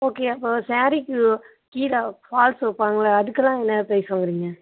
okay அப்போ சாரீக்கு கீழே ஃபால்ஸ் வைப்பாங்கள்ல அதற்கெல்லாம் என்ன ப்ரைஸ் வாங்குறீங்க